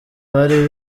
bari